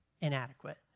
inadequate